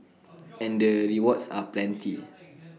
and the rewards are plenty